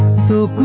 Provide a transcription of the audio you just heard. so